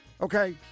okay